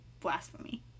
blasphemy